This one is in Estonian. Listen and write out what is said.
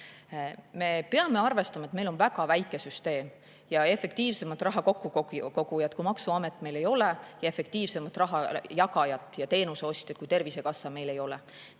Me peame arvestama, et meil on väga väike süsteem, ja efektiivsemat raha kokkukogujat kui maksuamet meil ei ole ja efektiivsemat raha jagajat ja teenuseostjat kui Tervisekassa meil ei ole.